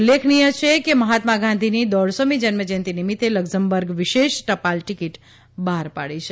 ઉલ્લેખનીય છે કે મહાત્મા ગાંધીજીની દોઢસોમી જન્મજયંતિ નિમિત્ત લકઝમબર્ગ વિશેષ ટપાલ ટિકિટ બહાર પાડી છે